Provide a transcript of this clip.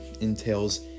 entails